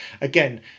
again